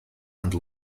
and